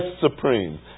Supreme